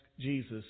Jesus